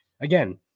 again